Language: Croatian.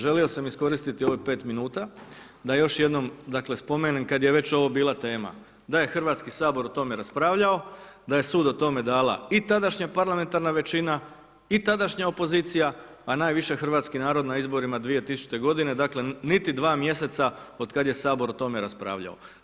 Želio sam iskoristiti ovih 5 min, da još jednom spomenem, kada je već ovo bila tema, da je Hrvatski sabor o tome raspravljao, da je sud o tome dala i tadašnja parlamentarna većina i tadašnja opozicija, a najviše hrvatski narod na izborima 2000. g. dakle, niti 2 mj. od kada je sabor o tome raspravljao.